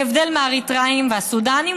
להבדיל מהאריתריאים והסודאנים,